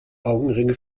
augenringe